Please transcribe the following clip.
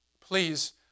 Please